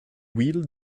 wheeled